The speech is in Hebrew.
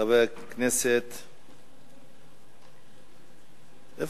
חברת הכנסת ציפי חוטובלי.